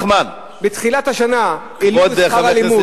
מתחילת השנה העלו את שכר הלימוד,